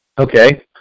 Okay